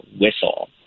whistle